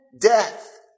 Death